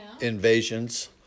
invasions